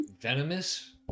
venomous